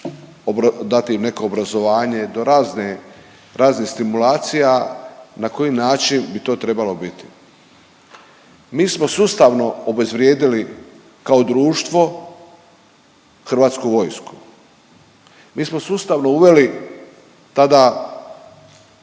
dati im neko obrazovanje do razne razne stimulacija na koji način bi to trebalo biti. Mi smo sustavno obezvrijedili kao društvo Hrvatsku vojsku. Mi smo sustavno uveli tada